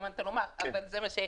שהתכוונת לומר אבל זה מה ש-,